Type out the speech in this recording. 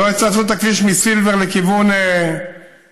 לא עשו את הכביש מסילבר לכיוון קסטינה,